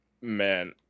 Man